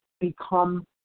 become